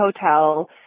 hotel